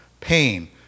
pain